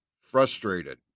frustrated